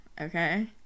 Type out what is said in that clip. okay